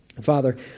Father